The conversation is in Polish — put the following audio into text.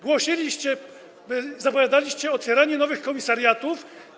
Głosiliście, zapowiadaliście otwieranie nowych komisariatów.